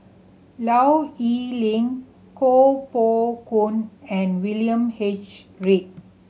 Low Yen Ling Koh Poh Koon and William H Read